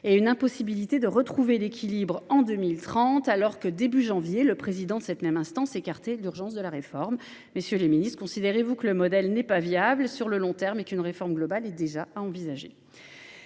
estime impossible de retrouver l’équilibre en 2030 alors que, début janvier, le président de cette même instance niait l’urgence de la réforme. Monsieur le ministre, considérez vous que le modèle n’est pas viable sur le long terme et qu’une réforme plus globale est à envisager ?